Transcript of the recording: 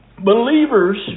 Believers